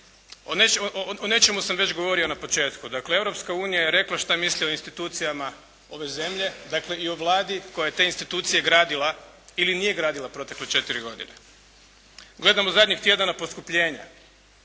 O nečemu sam već govorio na početku. Dakle, Europska unija je rekla šta misli o institucijama ove zemlje, dakle i o Vladi koja je te institucije gradila ili nije gradila u protekle četiri godine. Gledamo zadnjih tjedana poskupljenja.